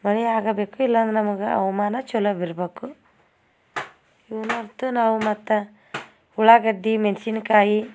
ಮಳೆ ಆಗಬೇಕು ಇಲ್ಲಂದ್ರೆ ನಮಗೆ ಹವ್ಮಾನ ಚಲೋಗೆ ಇರಬೇಕು ಮತ್ತು ನಾವು ಮತ್ತು ಉಳ್ಳಾಗಡ್ಡೆ ಮೆಣಸಿನ್ಕಾಯಿ